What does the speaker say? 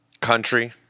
country